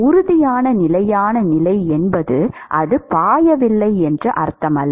உறுதியான நிலையான நிலை என்பது அது பாயவில்லை என்று அர்த்தமல்ல